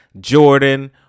Jordan